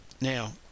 Now